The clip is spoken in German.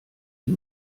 die